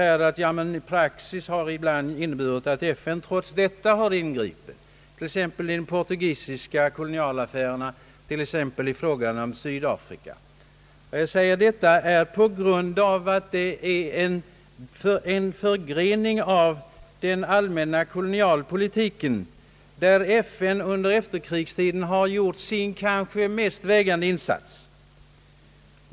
Här har nu invänts att praxis ibland inneburit att FN trots detta har ingripit, t.ex. i de portugisiska kolonialaf färerna och i Sydafrika. Det har emellertid skett i samband med den allmänna kolonialpolitiken, på vilket område FN under efterkrigstiden har gjort sin kanske största insats.